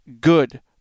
good